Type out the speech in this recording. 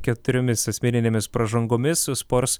keturiomis asmeninėmis pražangomis su spars